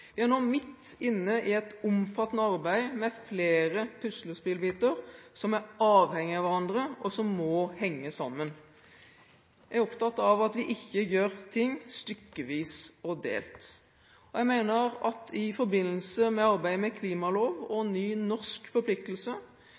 Vi er nå midt inne i et omfattende arbeid med flere puslespillbiter som er avhengige av hverandre, og som må henge sammen. Jeg er opptatt av at vi ikke gjør ting stykkevis og delt. Jeg mener at en i forbindelse med arbeidet med klimalov og en ny norsk forpliktelse